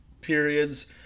periods